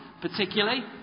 particularly